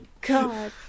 God